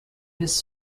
his